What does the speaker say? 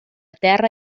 terra